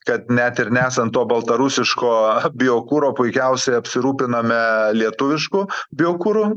kad net ir nesant to baltarusiško biokuro puikiausiai apsirūpinome lietuvišku biokuru